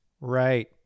right